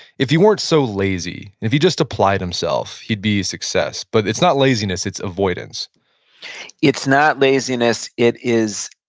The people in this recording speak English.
if he weren't so lazy, and if he just applied himself, he'd be a success. but it's not laziness. it's avoidance it's not laziness. it is,